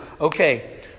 Okay